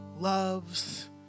loves